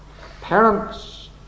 Parents